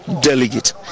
delegate